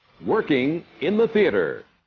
working in the theatre